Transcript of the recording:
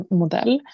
modell